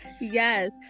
yes